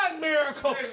miracle